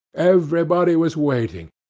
everybody was waiting,